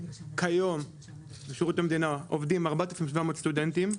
כיום בשירות המדינה עובדים 4,700 סטודנטים,